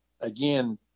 Again